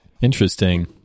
Interesting